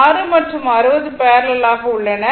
6 மற்றும் 60 பேரலல் ஆக உள்ளன